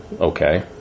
Okay